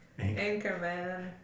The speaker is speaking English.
Anchorman